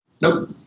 Nope